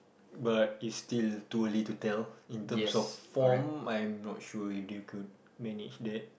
but is still too early to tell in terms of form I am not sure if they could manage that